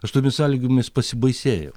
aš tomis sąlygomis pasibaisėjau